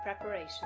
Preparation